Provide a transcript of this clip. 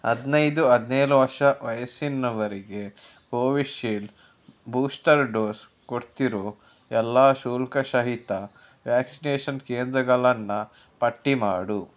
ಹದಿನೈದು ಹದಿನೇಳು ವರ್ಷ ವಯಸ್ಸಿನವರಿಗೆ ಕೋವಿಶಿಲ್ಡ್ ಬೂಷ್ಟರ್ ಡೋಸ್ ಕೊಡ್ತಿರೋ ಎಲ್ಲ ಶುಲ್ಕ ಸಹಿತ ವ್ಯಾಕ್ಸ್ನೇಷನ್ ಕೇಂದ್ರಗಳನ್ನ ಪಟ್ಟಿ ಮಾಡು